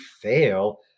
fail